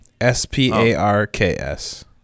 S-P-A-R-K-S